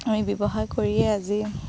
আমি ব্যৱসায় কৰিয়েই আজি